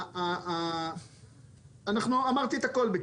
אני אמרתי את הכל בקילוגרמים,